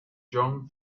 john